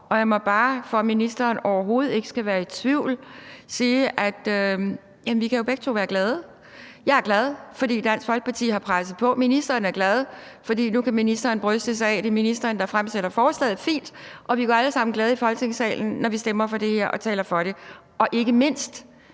og jeg må jo bare, for at ministeren overhovedet ikke skal være i tvivl, sige, at vi begge to kan være glade. Jeg er glad, fordi Dansk Folkeparti har presset på, og ministeren er glad, fordi ministeren nu kan bryste sig af, at det er ministeren, der fremsætter forslaget – det er fint – og vi går alle sammen glade i Folketingssalen, når vi stemmer for det her og taler for det. Og ikke mindst